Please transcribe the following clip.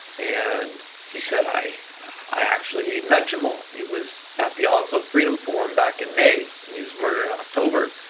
and he said, i i actually met jamal. he was at the oslo freedom forum back in may, and he was murdered in october.